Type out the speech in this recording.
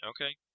Okay